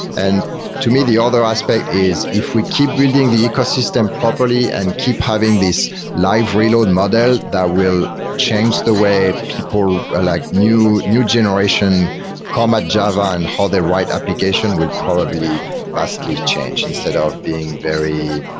and to me, the other aspect is if we keep building the ecosystem properly and keep having these live reload model that will change the way people, ah like new new generation come at java and how they write application will probably vastly change instead of being very,